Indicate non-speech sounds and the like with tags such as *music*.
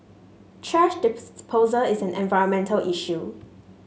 thrash *unintelligible* is an environmental issue